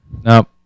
no